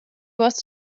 was